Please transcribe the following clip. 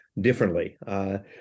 differently